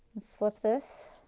slip this